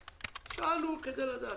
שאלנו כדי לדעת.